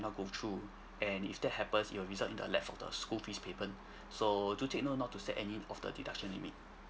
not go through and if that happens your result in the left of the school fees payment so do take note not to set any of the deduction limit